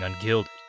ungilded